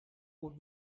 what